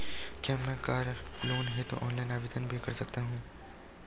क्या मैं car loan हेतु ऑनलाइन आवेदन भी कर सकता हूँ?